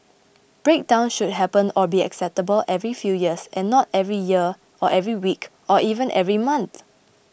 breakdowns should happen or be acceptable every few years and not every year or every week or even every month